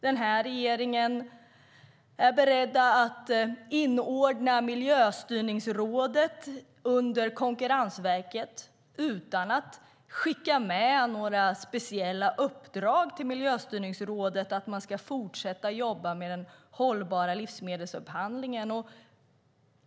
Den här regeringen är beredd att inordna Miljöstyrningsrådet under Konkurrensverket utan att skicka med några speciella uppdrag till Miljöstyrningsrådet om att de ska fortsätta jobba med den hållbara livsmedelsupphandlingen.